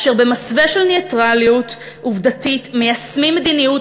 אשר במסווה של נייטרליות עובדתית מיישמים מדיניות